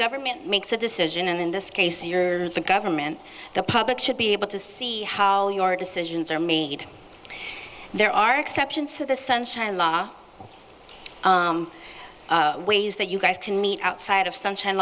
government makes a decision and in this case you're the government the public should be able to see how all your decisions are made there are exceptions to the sunshine law ways that you guys can meet outside of sunshine